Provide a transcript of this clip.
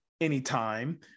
anytime